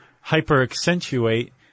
hyper-accentuate